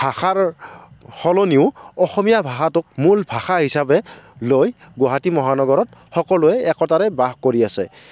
ভাষাৰ সলনিও অসমীয়া ভাষাটোক মূল ভাষা হিচাপে লৈ গুৱাহাটী মহানগৰত সকলোৱে একাতাৰে বাস কৰি আছে